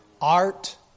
Art